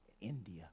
India